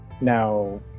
now